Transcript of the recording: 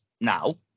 now